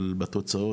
אבל בתוצאות,